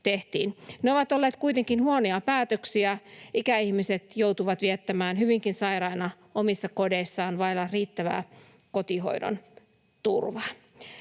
Ne ovat olleet kuitenkin huonoja päätöksiä. Ikäihmiset joutuvat olemaan hyvinkin sairaina omissa kodeissaan vailla riittävää kotihoidon turvaa.